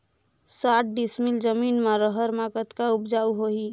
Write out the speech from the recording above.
साठ डिसमिल जमीन म रहर म कतका उपजाऊ होही?